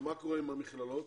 מה קורה עם המכללות?